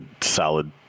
solid